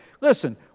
Listen